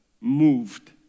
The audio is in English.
moved